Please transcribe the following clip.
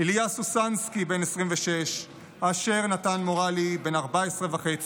איליה סוסנסקי, בן 26, אשר נתן מורלי, בן 14.5,